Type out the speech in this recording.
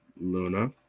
luna